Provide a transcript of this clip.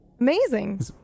Amazing